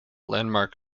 landmark